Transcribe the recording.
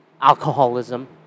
alcoholism